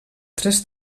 tres